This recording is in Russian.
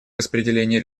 распределение